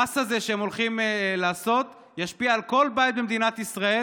המס הזה שהם הולכים לעשות ישפיע על כל בית במדינת ישראל.